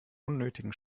unnötigen